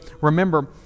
remember